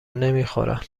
نمیخورن